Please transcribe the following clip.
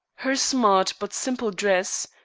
her smart but simple dress,